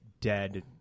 dead